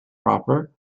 proper